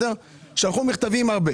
הרבה